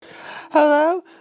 Hello